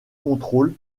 contrôle